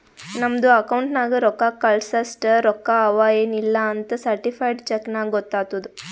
ನಮ್ದು ಅಕೌಂಟ್ ನಾಗ್ ರೊಕ್ಕಾ ಕಳ್ಸಸ್ಟ ರೊಕ್ಕಾ ಅವಾ ಎನ್ ಇಲ್ಲಾ ಅಂತ್ ಸರ್ಟಿಫೈಡ್ ಚೆಕ್ ನಾಗ್ ಗೊತ್ತಾತುದ್